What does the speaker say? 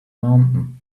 mountain